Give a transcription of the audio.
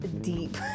deep